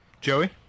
Joey